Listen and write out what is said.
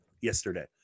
yesterday